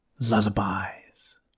lullabies